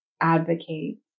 advocate